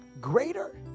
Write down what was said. Greater